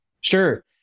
Sure